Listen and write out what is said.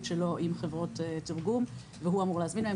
שלו עם חברות תרגום והוא אמור להזמין להם.